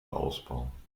ausbauen